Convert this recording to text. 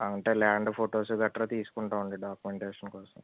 అంటే land photos గట్రా తీసుకుంటాం అండి డాక్యుమెంటేషన్ కోసం